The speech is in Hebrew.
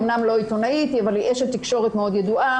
היא אמנם לא עיתונאית אבל היא אשת תקשורת מאוד ידועה,